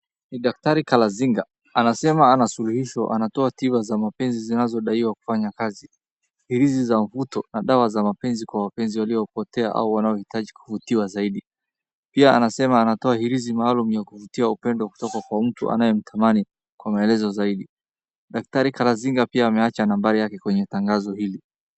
Ni daktari Galazinga, anasema ana suluhisho. Anatoa tiba za mapenzi zinazodaiwa kufanya kazi, hirizi za mvuto na dawa za mapenzi kwa wapenzi waliopotea au wahaohitaji kuvutiwa zaidi. Pia anasema anatoa hirizi maalumu ya kuvutia upendo kutoka kwa mtu anayemtamani. Kwa maelezo zaidi, daktari Galazingia pia ameacha nambari yake kwenye tangazo hili.